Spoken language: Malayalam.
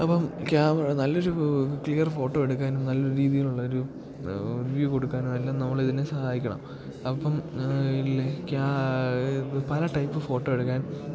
അപ്പം ക്യാമറ നല്ലൊരു ക്ലിയർ ഫോട്ടോ എടുക്കാനും നല്ല രീതിയിലുള്ളൊരു വ്യൂ കൊടുക്കാനും എല്ലാം നമ്മളിതിനെ സഹായിക്കണം അപ്പം പല ടൈപ്പ് ഫോട്ടോ എടുക്കാൻ